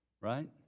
Right